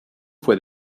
fue